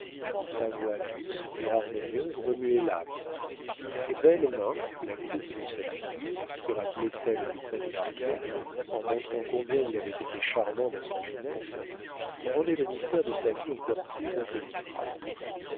sa voix douce et harmonieuse remuait l'âme ses belles mains la coupe de sa figure qui rappelait celle du comte d'artois en montrant combien il avait été charmant dans sa jeunesse rendaient le mystère de sa vie encore plus impénétrable